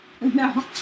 No